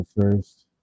first